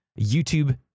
YouTube